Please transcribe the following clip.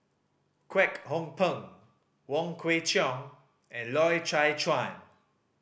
Kwek Hong Png Wong Kwei Cheong and Loy Chye Chuan